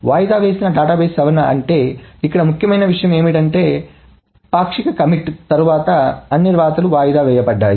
వాయిదా వేసిన డేటాబేస్ సవరణ అంటే ఇక్కడ ముఖ్యమైన విషయం ఏమిటంటే పాక్షిక కమిట్ తర్వాత అన్ని వ్రాతలు వాయిదా వేయబడతాయి